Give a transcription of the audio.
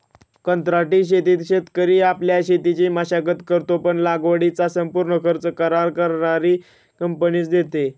कंत्राटी शेतीत शेतकरी आपल्या शेतीची मशागत करतो, पण लागवडीचा संपूर्ण खर्च करार करणारी कंपनीच देते